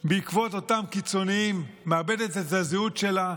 בעקבות אותם קיצוניים, מאבדת את הזהות שלה.